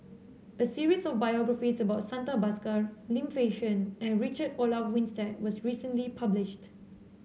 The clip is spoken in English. a series of biographies about Santha Bhaskar Lim Fei Shen and Richard Olaf Winstedt was recently published